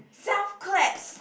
south claps